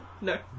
No